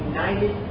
United